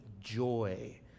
joy